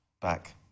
back